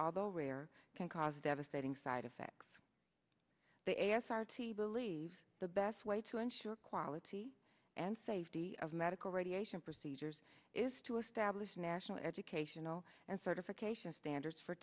although rare can cause devastating side effects they s r t believe the best way to ensure quality and safety of medical radiation procedures is to establish national educational and certification standards for